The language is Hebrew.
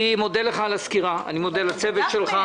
אני מודה לך על הסקירה, אני מודה לצוות שלך.